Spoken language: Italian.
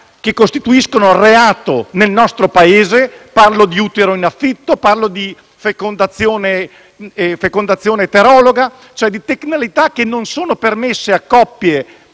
che costituiscono reato nel nostro Paese. Parlo di utero in affitto e di fecondazione eterologa, cioè di tecnicalità che non sono permesse a coppie